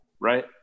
Right